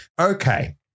okay